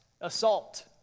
assault